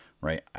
Right